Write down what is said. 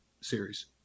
series